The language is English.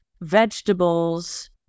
vegetables